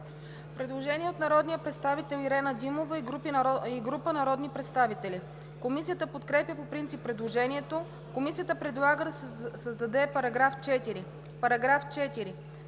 Предложение от народния представител Ирена Димова и група народни представители. Комисията подкрепя по принцип предложението. Комисията предлага да се създаде § 4: „§ 4.